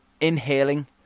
inhaling